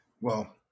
Well-